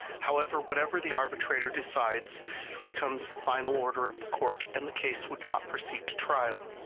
however, whatever the arbitrator decides becomes the final order of the court, and the case would not proceed to trial.